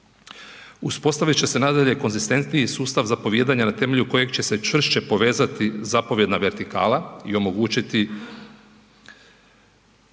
Uspostavit će se nadalje konzistentniji sustav zapovijedanja na temelju kojeg će se čvršće povezati zapovjedna vertikala i omogućiti i onemogućiti